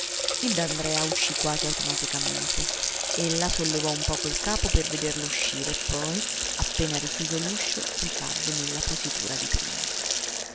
va il d'andrea uscì quasi automaticamente ella sollevò un poco il capo per vederlo uscire poi appena richiuso l'uscio ricadde nella positura di prima